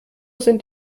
sind